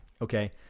Okay